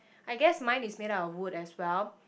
I guess mine is made out of wood as well